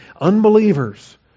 unbelievers